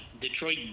Detroit